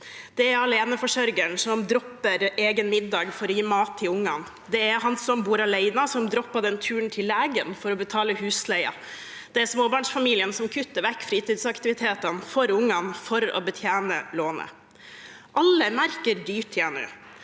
Det er aleneforsørgeren som dropper egen middag for å gi mat til ungene. Det er han som bor alene, som dropper den turen til legen for å be tale husleien. Det er småbarnsfamilien som kutter vekk fritidsaktivitetene for ungene for å betjene lånet. Alle merker dyrtiden